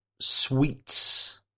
sweets